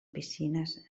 piscines